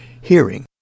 Hearing